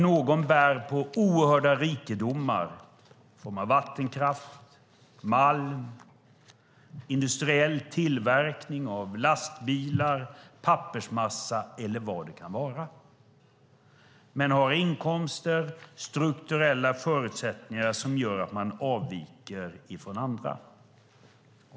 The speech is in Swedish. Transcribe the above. Några bär på oerhörda rikedomar i form av vattenkraft, malm, industriell tillverkning av lastbilar, pappersmassa eller vad det kan vara. Men de har inkomster och strukturella förutsättningar som gör att de avviker från andra.